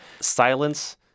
silence